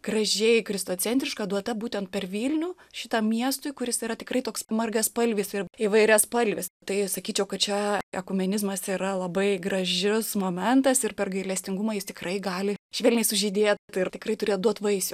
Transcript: gražiai kristocentriška duota būtent per vilnių šitam miestui kuris yra tikrai toks margaspalvis ir įvairiaspalvis tai sakyčiau kad čia ekumenizmas yra labai gražius momentas ir per gailestingumą jis tikrai gali švelniai sužydėt ir tikrai turėt duot vaisių